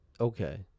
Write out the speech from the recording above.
okay